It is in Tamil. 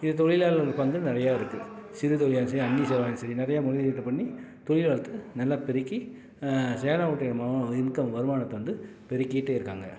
இது தொழிலாளர்கள் பங்கு நிறைய இருக்குது சிறு தொழில்னாலும் சரி சரி நிறைய மொழியேற்றம் பண்ணி தொழியில் வளர்த்து நல்லா பெருக்கி சேலம் மாவட்டம் இன்கம் வருமானத்தை வந்து பெருக்கிட்டு இருக்காங்க